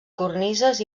cornises